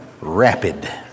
rapid